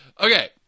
Okay